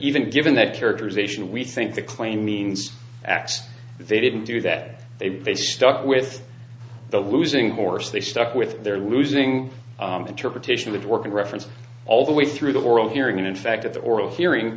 even given that characterization we think the claim means x they didn't do that they they stuck with the losing horse they stuck with their losing interpretation with working reference all the way through the oral hearing and in fact at the oral hearing